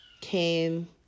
came